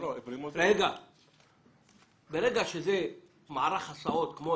ברגע שזה מערך הסעות כמו